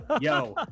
Yo